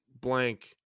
blank